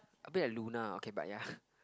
a bit like Luna okay but ya